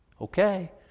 Okay